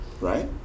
Right